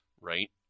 right